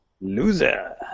Loser